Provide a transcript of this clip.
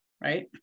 right